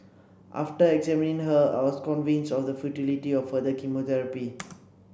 after examining her I was convinced of the futility of further chemotherapy